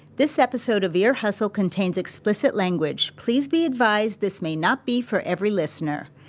this episode of ear hustle contains explicit language. please be advised, this may not be for every listener.